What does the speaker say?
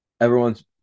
Everyone's